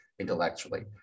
intellectually